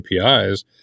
APIs